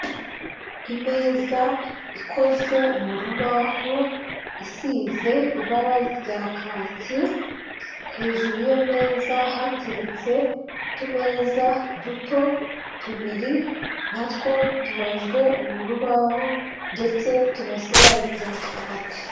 Imeza ikozwe mu rubaho, isize ibara rya kaki, hejuru y'iyo meza hateretse utumeza duto tubiri, na two tubajwe mu rubaho, ndetse tunasa ibara rya kaki.